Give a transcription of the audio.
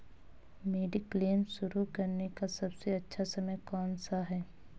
Mediclaim शुरू करने का सबसे अच्छा समय कौनसा है?